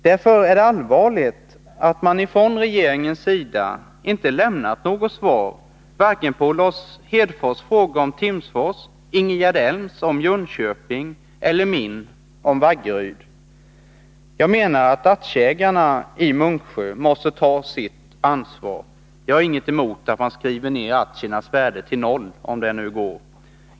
Därför är det allvarligt att man från regeringens sida inte lämnat något svar varken på Lars Hedfors fråga om Timsfors, Ingegerd Elms om Jönköping eller min fråga om Vaggeryd. Jag menar att aktieägarna i Munksjö måste ta sitt ansvar. Jag har inget emot att man skriver ner aktiernas värde till noll om det nu går.